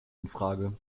infrage